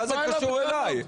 מה זה קשור אלי?